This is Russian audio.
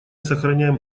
сохраняем